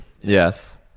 Yes